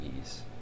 ease